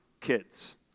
kids